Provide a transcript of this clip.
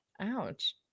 ouch